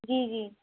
جی جی